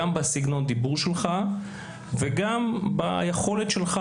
גם בסגנון דיבור שלך וגם ביכולת שלך